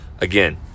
Again